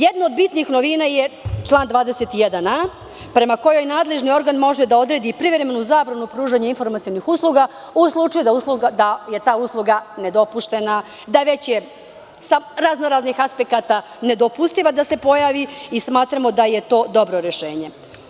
Jedna od bitnih novina je član 21a prema kojoj nadležni organ može da odredi privremenu zabranu pružanja informacionih usluga, u slučaju da je ta usluga nedopuštena, da je već sa raznoraznih aspekata nedopustiva da se pojavi i smatramo da je to dobro rešenje.